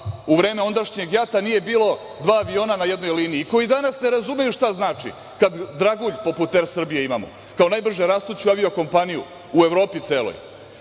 u vreme ondašnjeg JAT-a nije bilo dva aviona na jednoj liniji i koji i danas ne razumeju šta znači kad dragulj poput „Er Srbije“ imamo, kao najbrže rastuću avio-kompaniju u Evropi celoj,